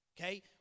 okay